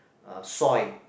uh soil